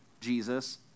Jesus